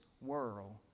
world